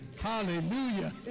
hallelujah